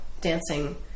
dancing